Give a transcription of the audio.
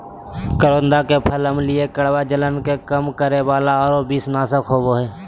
करोंदा के फल अम्लीय, कड़वा, जलन के कम करे वाला आरो विषनाशक होबा हइ